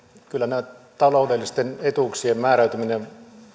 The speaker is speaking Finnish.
kyllä näiden taloudellisten etuuksien määräytyminen